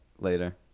later